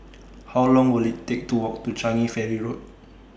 How Long Will IT Take to Walk to Changi Ferry Road